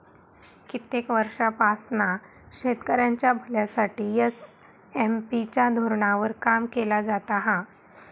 कित्येक वर्षांपासना शेतकऱ्यांच्या भल्यासाठी एस.एम.पी च्या धोरणावर काम केला जाता हा